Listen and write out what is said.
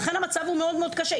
לכן המצב הוא מאוד מאוד קשה.